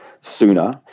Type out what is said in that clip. sooner